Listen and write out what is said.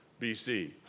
BC